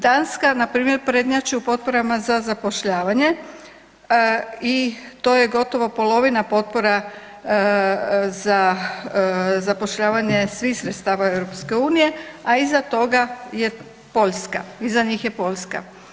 Danska npr. prednjači u potporama za zapošljavanje i to je gotovo polovina potpora za zapošljavanja svih sredstava EU, a iza toga je Poljska, iza njih je Poljska.